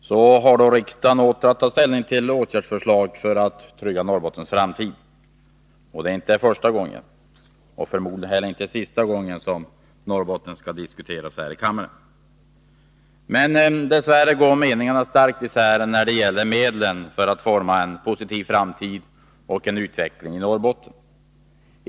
Herr talman! Så har då riksdagen åter att ta ställning till åtgärdsförslag för att trygga Norrbottens framtid. Det är inte första och förmodligen inte heller sista gången som Norrbotten diskuteras här i kammaren. Dess värre går meningarna starkt isär när det gäller medlen för att forma en positiv framtid och utveckling i Norrbotten.